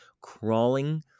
crawling